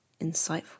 insightful